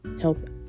help